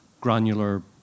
granular